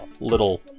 little